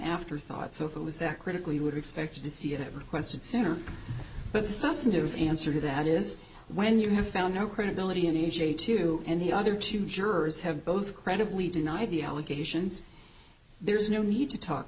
afterthought so if it was that critically would expect to see it requested sooner but the substantive answer to that is when you have found no credibility in asia two and the other two jurors have both credibly denied the allegations there's no need to talk